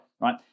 right